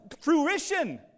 fruition